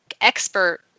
expert